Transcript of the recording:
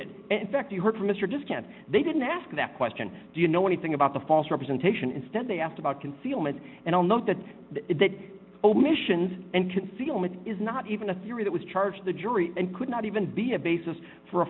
ed in fact you heard from mr discount they didn't ask that question do you know anything about the false representation instead they asked about concealment and i'll note that that omission and concealment is not even a theory that was charged the jury and could not even be a basis for a